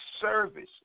service